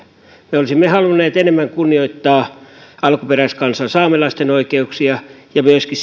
me olisimme halunneet enemmän kunnioittaa alkuperäiskansan saamelaisten oikeuksia ja myöskin